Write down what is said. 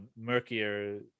murkier